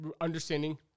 Understanding